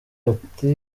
ati